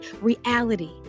reality